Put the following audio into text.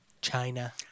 China